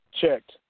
checked